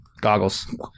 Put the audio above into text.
Goggles